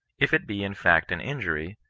if it be in fact an injury,